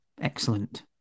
excellent